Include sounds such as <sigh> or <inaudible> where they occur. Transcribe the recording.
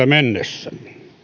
<unintelligible> mennessä